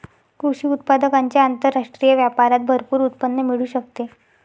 कृषी उत्पादकांच्या आंतरराष्ट्रीय व्यापारात भरपूर उत्पन्न मिळू शकते